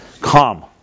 calm